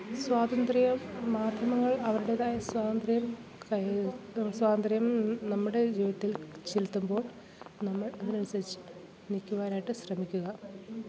സ്വാതന്ത്ര്യ മാധ്യമങ്ങൾ അവരുടേതായ സ്വാതന്ത്ര്യം കൈ സ്വാതന്ത്ര്യം നമ്മുടെ ജീവിതത്തിൽ ചെലുത്തുമ്പോൾ നമ്മൾ അതിനനുസരിച്ച് നില്ക്കുവാനായിട്ട് ശ്രമിക്കുക